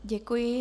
Děkuji.